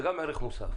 זה גם ערך מוסף.